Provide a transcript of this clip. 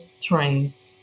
trains